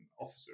officer